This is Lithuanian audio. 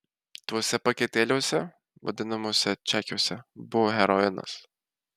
tuose paketėliuose vadinamuosiuose čekiuose buvo heroinas